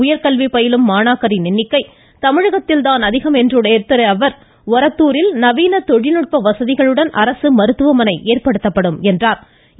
உயர்கல்வி பயிலும் மாணாக்கரின் எண்ணிக்கை தமிழகத்தில் தான் அதிகம் என்றும் எடுத்தரைத்த அவர் ஒரத்தூரில் நவீன தொழில்நுட்ப வசதிகளுடன் அரசு மருத்துவமனை ஏற்படுத்தப்படும் என்றாா்